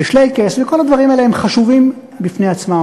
ואת "שלייקעס" כל הדברים האלה הם חשובים בפני עצמם,